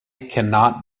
cannot